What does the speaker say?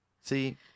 see